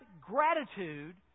gratitude